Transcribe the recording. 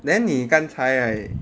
then 你刚才 like